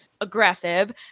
aggressive